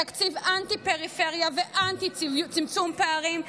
תקציב אנטי-פריפריה ואנטי-צמצום פערים,